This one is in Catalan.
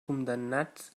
condemnats